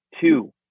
Two